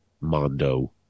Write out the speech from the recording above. Mondo